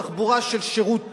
תחבורה של שירות טוב,